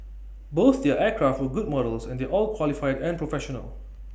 both their aircraft were good models and they're all qualified and professional